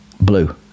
blue